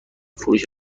فروش